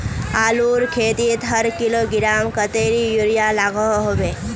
आलूर खेतीत हर किलोग्राम कतेरी यूरिया लागोहो होबे?